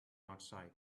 outside